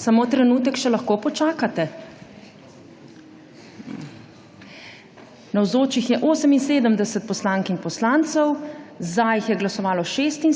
Samo trenutek, še lahko počakate? Navzočih je 78 poslank in poslancev, za je glasovalo 76,